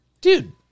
dude